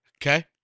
Okay